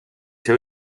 see